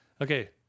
Okay